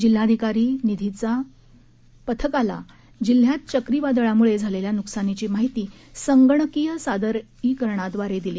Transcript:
जिल्हाधिकारी निधी चौधरी पथकाला जिल्हयात चक्रीवादळामुळे झालेल्या नुकसानीची माहिती संगणकीय सादरीकरणाद्वारे दिली